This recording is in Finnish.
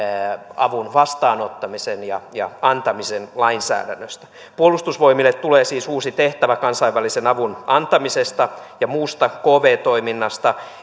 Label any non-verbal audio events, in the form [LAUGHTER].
avun vastaanottamisen ja ja antamisen lainsäädännöstä puolustusvoimille tulee siis uusi tehtävä kansainvälisen avun antamisesta ja muusta kv toiminnasta [UNINTELLIGIBLE]